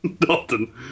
Dalton